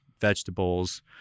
vegetables